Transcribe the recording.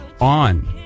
on